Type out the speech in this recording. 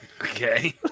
Okay